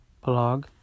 blog